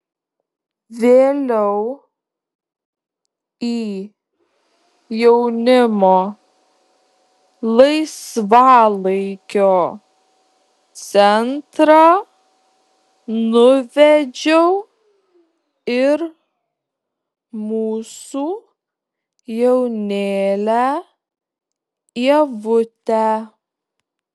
vėliau į jaunimo laisvalaikio centrą nuvedžiau ir mūsų jaunėlę ievutę